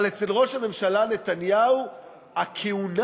אבל אצל ראש הממשלה נתניהו הכהונה,